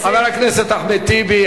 חבר הכנסת אחמד טיבי,